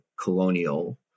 colonial